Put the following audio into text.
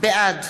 בעד